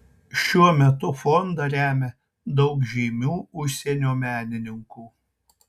šiuo metu fondą remia daug žymių užsienio menininkų